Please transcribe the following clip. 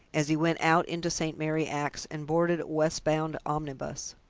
as he went out into st. mary axe and boarded a westward-bound omnibus.